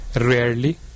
Rarely